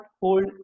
hold